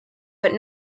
but